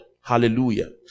Hallelujah